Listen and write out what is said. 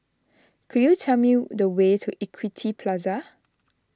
could you tell me the way to Equity Plaza